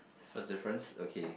first difference okay